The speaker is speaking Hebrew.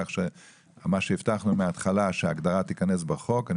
כך שמה שהבטחנו מההתחלה שההגדרה תיכנס בחוק יקוים.